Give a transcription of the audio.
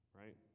right